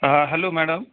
हा hello madam